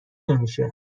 نمیشه